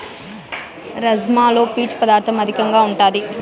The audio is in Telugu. రాజ్మాలో పీచు పదార్ధం అధికంగా ఉంటాది